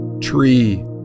Tree